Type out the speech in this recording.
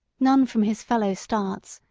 none from his fellow starts,